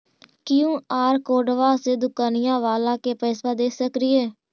QR कोडबा से दुकनिया बाला के पैसा दे सक्रिय?